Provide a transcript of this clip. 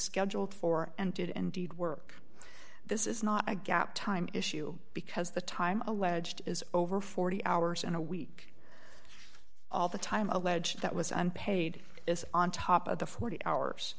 scheduled for and did indeed work this is not a gap time issue because the time alleged is over forty hours in a week all the time alleged that was unpaid is on top of the forty hours